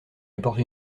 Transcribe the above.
apporte